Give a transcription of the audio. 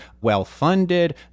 well-funded